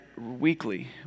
weekly